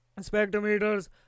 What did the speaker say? spectrometers